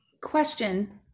Question